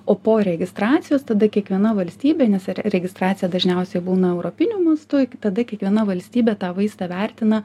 o po registracijos tada kiekviena valstybė nes ir registracija dažniausiai būna europiniu mastu tada kiekviena valstybė tą vaistą vertina